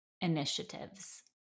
initiatives